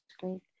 great